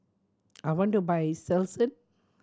I want to buy Selsun